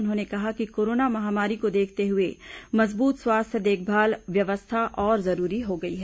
उन्होंने कहा कि कोरोना महामारी को देखते हुए मजबूत स्वास्थ्य देखभाल व्यवस्था और जरूरी हो गई है